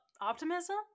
optimism